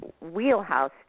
wheelhouse